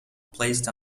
placed